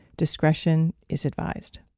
discretion is advised.